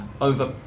over